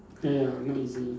ya ya not easy